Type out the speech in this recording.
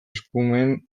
eskumen